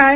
I